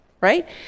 right